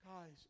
Guys